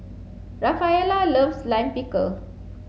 Rafaela loves Lime Pickle